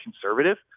conservative